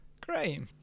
Great